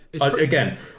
Again